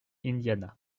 indiana